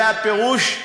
זה הפירוש,